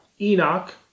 Enoch